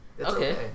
okay